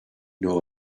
know